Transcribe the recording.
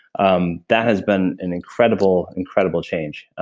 um that has been an incredible, incredible change, ah